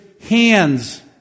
hands